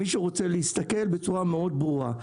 מי שרוצה להסתכל בצורה מאוד ברורה,